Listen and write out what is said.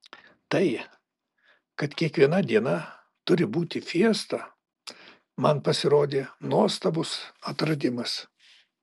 tai kad kiekviena diena turi būti fiesta man pasirodė nuostabus atradimas